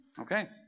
Okay